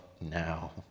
now